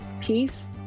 peace